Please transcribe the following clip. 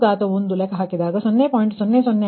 Q2 ಲೆಕ್ಕಹಾಕಿದಾಗ 0